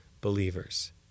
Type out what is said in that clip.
believers